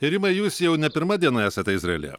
ir rimai jūs jau ne pirma diena esate izraelyje